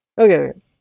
okay